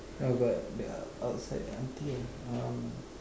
no but the outside auntie ah um